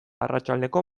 arratsaldeko